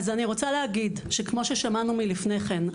רוצה להגיד שכמו ששמענו מי לפני כן,